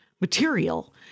material